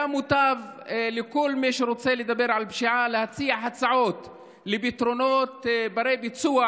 היה מוטב לכל מי שרוצה לדבר על פשיעה להציע הצעות לפתרונות בני-ביצוע